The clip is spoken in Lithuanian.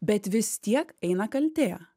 bet vis tiek eina kaltė